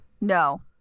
No